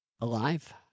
alive